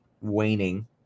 waning